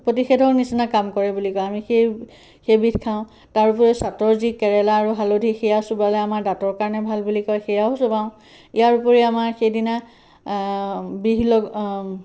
প্ৰতিষেধক নিচিনা কাম কৰে বুলি কওঁ আমি সেই সেইবিধ খাওঁ তাৰ উপৰিও চাটৰ যি কেৰেলা আৰু হালধি সেয়া চোবালে আমাৰ দাঁতৰ কাৰণে ভাল বুলি কয় সেয়াও চোবাওঁ ইয়াৰ উপৰিও আমাৰ সেইদিনা বিহ লগা